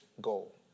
goal